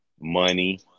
money